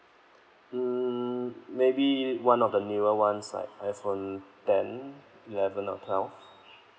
mm maybe one of the newer ones like iphone ten eleven or twelve